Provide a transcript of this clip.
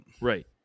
right